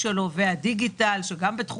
וגם בדיגיטל.